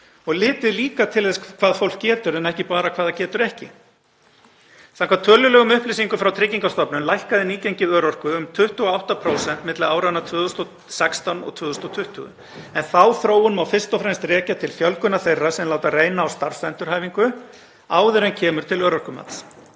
litið til þess hvað fólk getur en ekki bara hvað það getur ekki. Samkvæmt tölulegum upplýsingum frá Tryggingastofnun lækkaði nýgengi örorku um 28% milli áranna 2016 og 2020 en þá þróun má fyrst og fremst rekja til fjölgunar þeirra sem láta reyna á starfsendurhæfingu áður en kemur til örorkumats.